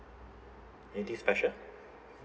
anything special